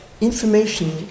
Information